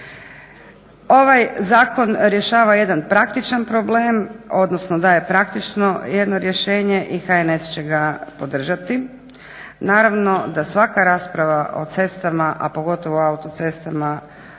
Ovaj zakon rješava jedan praktičan problem odnosno daje praktično jedno rješenje i HNS će ga podržati. Naravno da svaka rasprava o cestama, a pogotovo o autocestama